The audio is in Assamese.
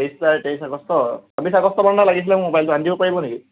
তেইছ আগষ্ট চৌবিছ আগষ্টমানলৈ লাগিছিলে মোক ম'বাইলটো আনি দিব পাৰিব নেকি